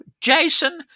Jason